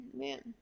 man